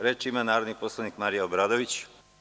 Reč ima narodni poslanik Marija Obradović.